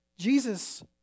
Jesus